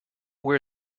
wear